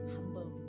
Humble